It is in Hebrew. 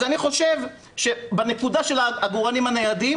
אז אני חושב שבנקודה של העגורנים הניידים